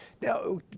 Now